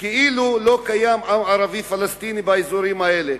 כאילו לא קיים עם ערבי פלסטיני באזורים האלה.